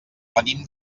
venim